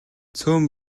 цөөн